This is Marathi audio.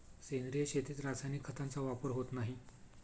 सेंद्रिय शेतीत रासायनिक खतांचा वापर होत नाही